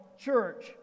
church